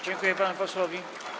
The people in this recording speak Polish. Dziękuję panu posłowi.